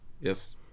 yes